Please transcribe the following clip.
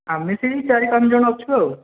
ଆମେ ସେଇ ଚାରି ପାଞ୍ଚ ଜଣ ଅଛୁ ଆଉ